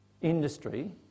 industry